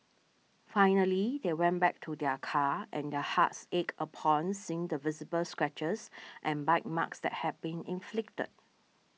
finally they went back to their car and their hearts ached upon seeing the visible scratches and bite marks that had been inflicted